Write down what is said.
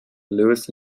lewis